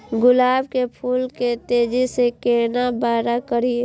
गुलाब के फूल के तेजी से केना बड़ा करिए?